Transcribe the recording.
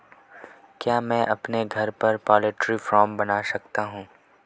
क्या मैं अपने घर पर पोल्ट्री फार्म बना सकता हूँ?